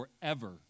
forever